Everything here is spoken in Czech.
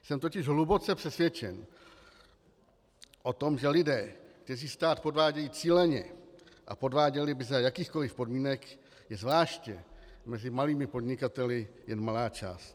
Jsem totiž hluboce přesvědčen o tom, že lidí, kteří stát podvádějí cíleně a podváděli by za jakýchkoli podmínek, je zvláště mezi malými podnikateli jen malá část.